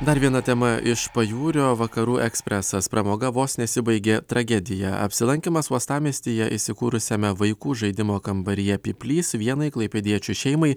dar viena tema iš pajūrio vakarų ekspresas pramoga vos nesibaigė tragedija apsilankymas uostamiestyje įsikūrusiame vaikų žaidimo kambaryje pyplys vienai klaipėdiečių šeimai